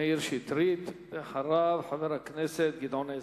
מאיר שטרית, ואחריו, את חבר הכנסת גדעון עזרא.